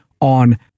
on